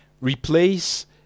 replace